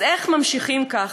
אז איך ממשיכים ככה?